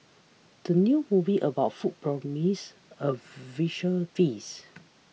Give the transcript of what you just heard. the new movie about food promises a visual feast